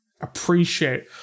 appreciate